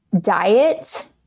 diet